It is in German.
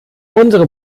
unsere